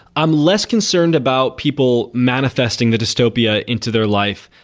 i'm less concerned about people manifesting the dystopia into their life.